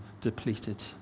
depleted